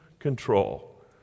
control